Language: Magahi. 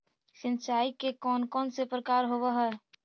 सिंचाई के कौन कौन से प्रकार होब्है?